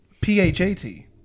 p-h-a-t